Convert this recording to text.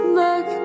look